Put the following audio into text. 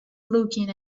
looking